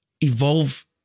evolve